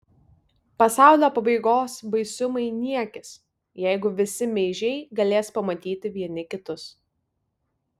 pasaulio pabaigos baisumai niekis jeigu visi meižiai galės pamatyti vieni kitus